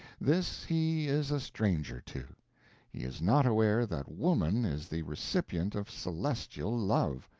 this he is a stranger to he is not aware that woman is the recipient of celestial love,